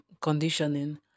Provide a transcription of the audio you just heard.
conditioning